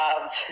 loved